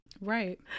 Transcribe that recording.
Right